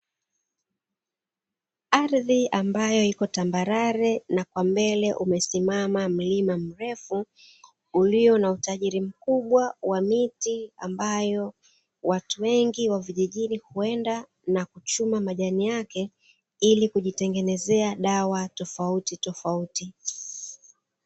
Ardhi ambayo iko tambarare na kwa mbele umesimama mlima mrefu, ulio na utajiri mkubwa wa miti ambayo watu wengi wa vijijini huenda kuchuma majani yake ili kujitengenezea dawa tofautitofauti.